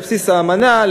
על בסיס האמנה,